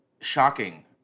shocking